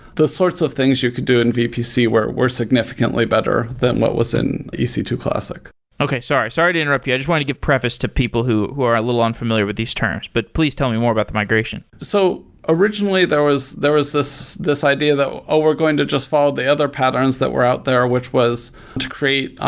the sorts of things you could do in vpc were were significantly better than what was in e c two classic okay, sorry. sorry to interrupt you. i just wanted to give a preface to people who who are a little unfamiliar with these terms, but please tell me more about the migration so, originally, there was there was this this idea that, oh! we're going to just follow the other patterns that were out there, which was to create,